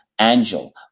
angel